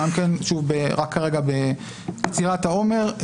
רק בקצירת העומר,